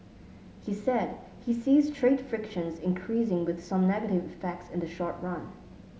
he said he sees trade frictions increasing with some negative effects in the short run